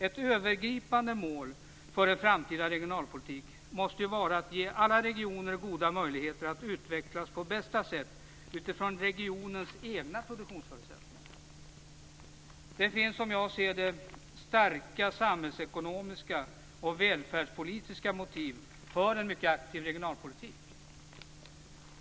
Ett övergripande mål för en framtida regionalpolitik måste vara att ge alla regioner goda möjligheter att utvecklas på bästa sätt utifrån regionens egna produktionsförutsättningar. Som jag ser det finns det starka samhällsekonomiska och välfärdspolitiska motiv för en mycket aktiv regionalpolitik.